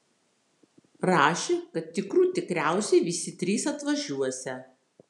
rašė kad tikrų tikriausiai visi trys atvažiuosią